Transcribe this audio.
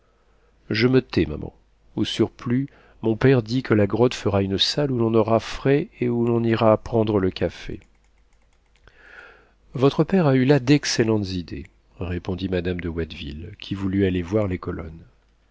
je me tais maman au surplus mon père dit que la grotte fera une salle où l'on aura frais et où l'on ira prendre le café votre père a eu là d'excellentes idées répondit madame de watteville qui voulut aller voir les colonnes